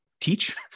teach